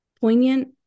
poignant